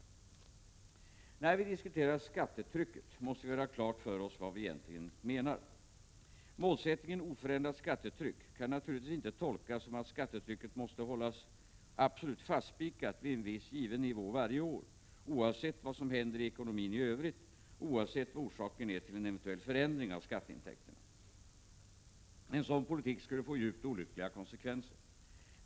När vi diskuterar skattetrycket måste vi göra klart för oss vad det är vi egentligen menar. Målsättningen ”oförändrat skattetryck” kan naturligtvis inte tolkas som att skattetrycket måste hållas absolut fastspikat vid en viss given nivå varje år, oavsett vad som händer i ekonomin i övrigt och oavsett vad orsaken är till en eventuell förändring av skatteintäkterna. En sådan politik skulle få djupt olyckliga konsekvenser.